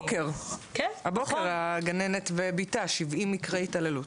הבוקר התפרסם על גננת ובתה, 70 מקרי התעללות.